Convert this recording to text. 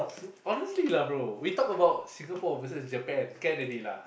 honestly lah bro we talk about Singapore versus Japan can already lah